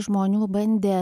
žmonių bandė